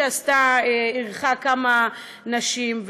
שאירחה כמה נשים.